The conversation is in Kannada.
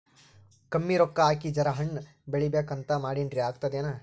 ಕಮ್ಮಿ ರೊಕ್ಕ ಹಾಕಿ ಜರಾ ಹಣ್ ಬೆಳಿಬೇಕಂತ ಮಾಡಿನ್ರಿ, ಆಗ್ತದೇನ?